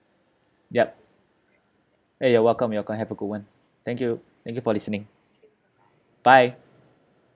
yup uh you're welcome you're welcome have a good one thank you thank you for listening bye